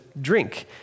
drink